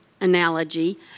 analogy